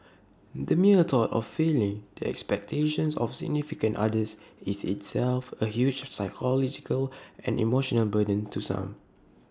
the mere thought of failing the expectations of significant others is itself A huge psychological and emotional burden to some